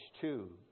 two